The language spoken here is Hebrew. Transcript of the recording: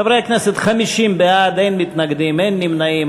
חברי הכנסת, 50 בעד, אין מתנגדים, אין נמנעים.